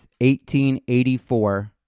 1884